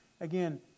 Again